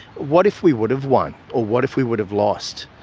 what if we would have won? or what if we would have lost?